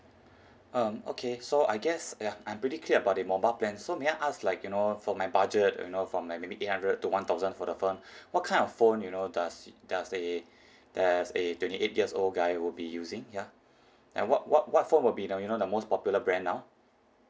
um okay so I guess ya I'm pretty clear about the mobile plan so may I ask like you know for my budget you know from like maybe eight hundred to one thousand for the phone what kind of phone you know does does a does a twenty eight years old guy would be using ya and what what what phone will be the you know the most popular brand now